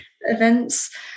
Events